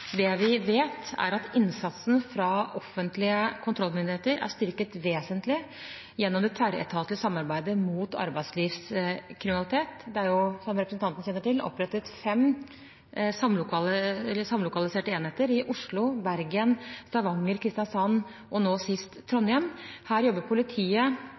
Det vi vet, er at innsatsen fra offentlige kontrollmyndigheter er styrket vesentlig gjennom det tverretatlige samarbeidet mot arbeidslivskriminalitet. Det er, som representanten kjenner til, opprettet fem samlokaliserte enheter i Oslo, Bergen, Stavanger, Kristiansand og nå sist i Trondheim. Her jobber politiet,